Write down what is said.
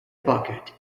bucket